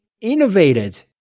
innovated